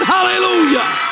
Hallelujah